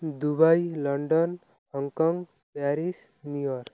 Dubai London Hong Kong Paris New York